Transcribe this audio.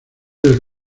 del